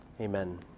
Amen